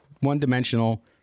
one-dimensional